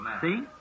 See